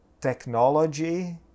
technology